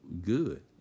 good